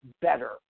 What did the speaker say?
better